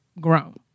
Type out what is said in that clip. grown